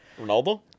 Ronaldo